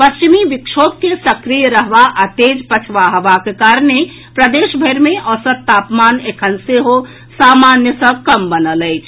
पश्चिमी विक्षोभ के सक्रिय रहबा आ तेज पछबा हवाक कारणे प्रदेश भरि मे औसत तापमान एखन सेहो सामान्य सॅ कम बनल अछि